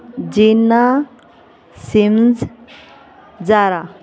ਜੀਨਾ ਸਿਮਸ ਜਾਰਾ